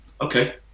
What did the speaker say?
okay